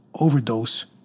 overdose